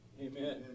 Amen